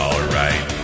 Alright